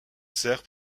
serre